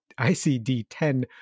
ICD-10